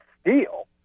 steal